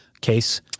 case